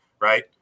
Right